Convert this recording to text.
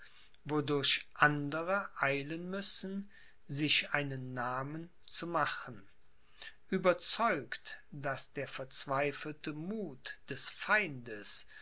wodurch andere eilen müssen sich einen namen zu machen ueberzeugt daß der verzweifelte muth des feindes